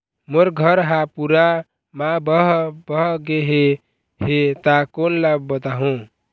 मोर घर हा पूरा मा बह बह गे हे हे ता कोन ला बताहुं?